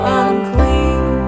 unclean